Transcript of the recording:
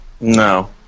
No